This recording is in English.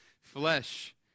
flesh